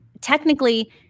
technically